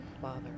Father